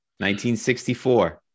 1964